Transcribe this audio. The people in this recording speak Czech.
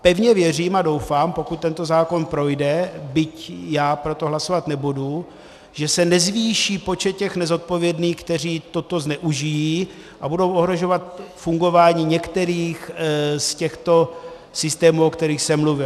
Pevně věřím a doufám, pokud tento zákon projde, byť já pro to hlasovat nebudu, že se nezvýší počet těch nezodpovědných, kteří toto zneužijí a budou ohrožovat fungování některých z těchto systémů, o kterých jsem mluvil.